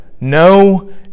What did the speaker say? No